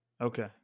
Okay